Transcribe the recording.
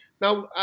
Now